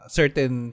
certain